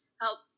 Help